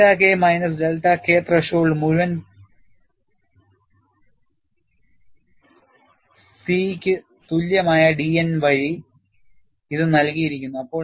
delta K minus delta K threshold മുഴുവൻ പ C ക്ക് തുല്യമായ ഡിഎൻ വഴി ഇത് നൽകിയിരിക്കുന്നു